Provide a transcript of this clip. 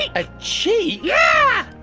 a cheek yeah!